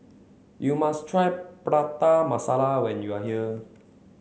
you must try Prata Masala when you are here